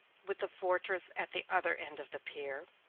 with the fortress at the other end of the pier,